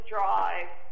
Drive